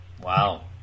Wow